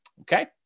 Okay